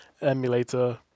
emulator